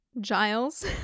giles